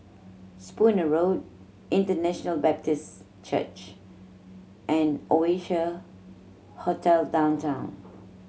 Spooner Road International Baptist Church and Oasia Hotel Downtown